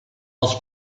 els